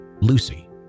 Lucy